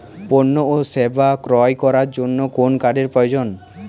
পণ্য ও সেবা ক্রয় করার জন্য কোন কার্ডের প্রয়োজন?